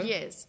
Yes